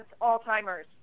Alzheimer's